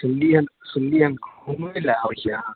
सुनली हँ सुनली हँ घुमैलए आबै छी अहाँ